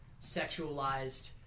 sexualized